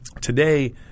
Today